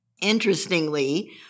Interestingly